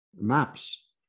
maps